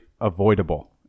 avoidable